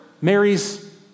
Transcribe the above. Mary's